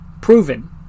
proven